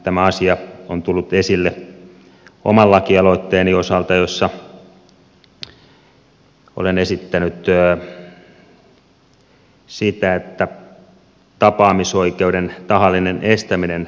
tämä asia on tullut esille oman lakialoitteeni osalta jossa olen esittänyt sitä että tapaamisoikeuden tahallinen estäminen kriminalisoitaisiin